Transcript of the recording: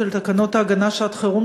מתקנות ההגנה (שעת-חירום),